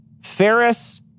Ferris